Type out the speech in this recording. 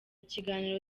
kiganiro